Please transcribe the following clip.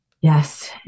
Yes